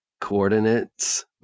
coordinates